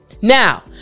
Now